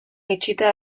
itxita